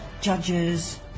judges